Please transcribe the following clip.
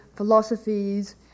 philosophies